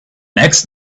next